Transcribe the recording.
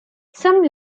some